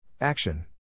Action